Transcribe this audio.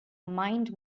mind